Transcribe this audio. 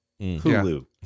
Hulu